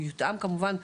הוא יותאם כמובן,